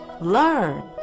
Learn